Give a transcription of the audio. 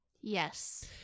Yes